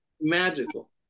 magical